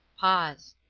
pause.